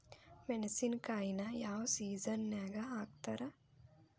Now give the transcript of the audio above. ಮೆಣಸಿನಕಾಯಿನ ಯಾವ ಸೇಸನ್ ನಾಗ್ ಹಾಕ್ತಾರ?